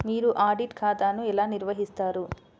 మీరు ఆడిట్ ఖాతాను ఎలా నిర్వహిస్తారు?